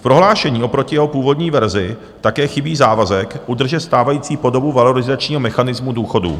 V prohlášení oproti jeho původní verzi také chybí závazek udržet stávající podobu valorizačního mechanismu důchodů.